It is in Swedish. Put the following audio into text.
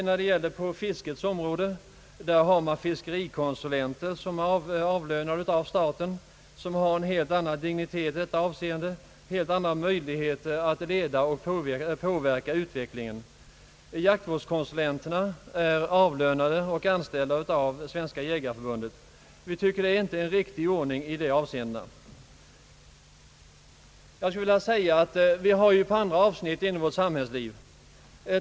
När det gäller fiskets område har man fiskerikonsulenter som är avlönade av staten och som har en helt annan dignitet i detta avseende och helt andra möjligheter att leda och påverka utvecklingen. Jaktvårdskonsulenterna är anställda och avlönade av Svenska jägareförbundet. Vi tycker inte att det är riktig ordning. Jag skulle vilja nämna hur det är på ett annat avsnitt inom vårt samhällsliv.